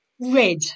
Red